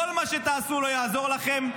כל מה שתעשו לא יעזור לכם.